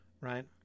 right